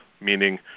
Meaning